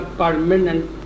permanent